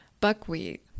buckwheat